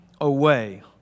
away